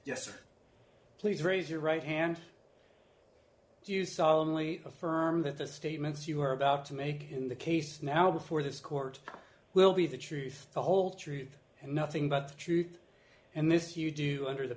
yes please raise your right hand do you solemnly affirm that the statements you are about to make in the case now before this court will be the truth the whole truth and nothing but truth and this you do under the